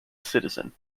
citizen